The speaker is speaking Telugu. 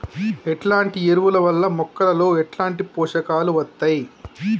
ఎట్లాంటి ఎరువుల వల్ల మొక్కలలో ఎట్లాంటి పోషకాలు వత్తయ్?